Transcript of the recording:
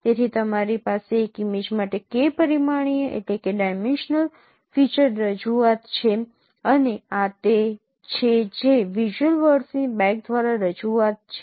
તેથી તમારી પાસે એક ઇમેજ માટે K પરિમાણીય ફીચર રજૂઆત છે અને આ તે છે જે વિઝ્યુઅલ વર્ડસની બેગ દ્વારા રજૂઆત છે